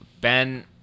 ben